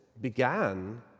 began